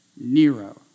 Nero